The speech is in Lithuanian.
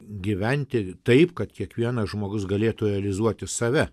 gyventi taip kad kiekvienas žmogus galėtų realizuoti save